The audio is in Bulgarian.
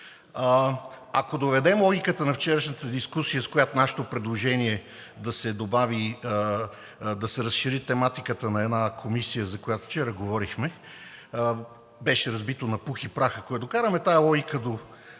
Ако доведем логиката на вчерашната дискусия, с която нашето предложение да се разшири тематиката на една комисия, за която вчера говорихме, беше разбито на пух и прах, ако докараме тази логика до